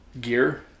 gear